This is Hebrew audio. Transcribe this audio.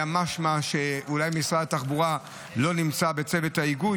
היה משמע שאולי משרד התחבורה לא נמצא בצוות ההיגוי,